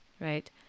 right